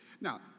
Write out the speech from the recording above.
Now